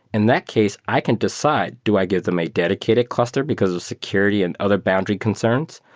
in that case, i can decide. do i give them a dedicated cluster because of security and other boundary concerns,